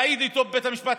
להעיד איתו בבית המשפט,